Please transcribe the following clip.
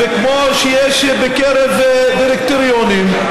וכמו שיש בקרב דירקטוריונים,